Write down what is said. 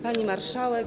Pani Marszałek!